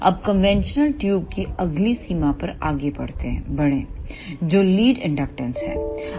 अब conventional tube की अगली सीमा पर आगे बढ़ें जो लीड इंडक्टेंस है